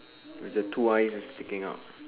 with the two why is sacking out